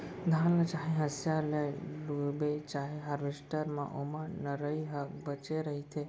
धान ल चाहे हसिया ल लूबे चाहे हारवेस्टर म ओमा नरई ह बाचे रहिथे